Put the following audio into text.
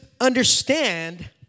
understand